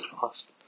fast